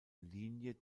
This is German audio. linie